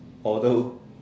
although